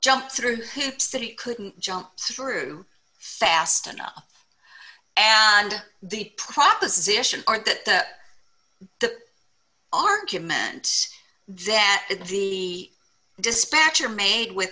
jump through hoops that he couldn't jump through fast enough and the proposition that the argument that the dispatcher made with